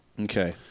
Okay